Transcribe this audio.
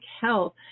health